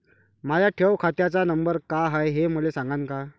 माया ठेव खात्याचा नंबर काय हाय हे मले सांगान का?